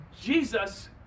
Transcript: jesus